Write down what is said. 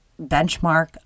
benchmark